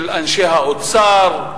של אנשי האוצר,